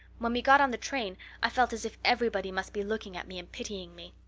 when we got on the train i felt as if everybody must be looking at me and pitying me.